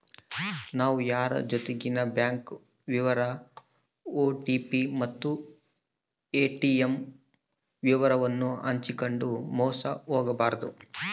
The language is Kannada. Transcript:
ನಾವು ಯಾರ್ ಜೊತಿಗೆನ ಬ್ಯಾಂಕ್ ವಿವರ ಓ.ಟಿ.ಪಿ ಮತ್ತು ಏ.ಟಿ.ಮ್ ವಿವರವನ್ನು ಹಂಚಿಕಂಡು ಮೋಸ ಹೋಗಬಾರದು